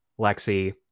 Lexi